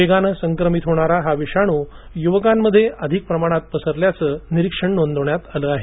वेगाने संक्रमित होणारा हा विषाणू युवकांमध्ये अधिक प्रमाणात पसरल्याचं निरीक्षण आहे